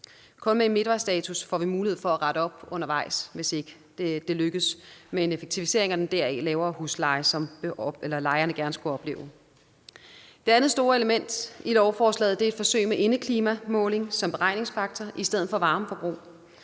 Kun med en midtvejsstatus får vi mulighed for at rette op undervejs, hvis ikke det lykkes med en effektivisering og den deraf lavere husleje, som lejerne gerne skulle opleve. Det andet store element i lovforslaget er et forsøg med indeklimamåling som beregningsfaktor i stedet for varmeforbrug.